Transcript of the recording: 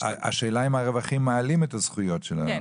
השאלה אם הרווחים מעלים את הזכויות של העמיתים?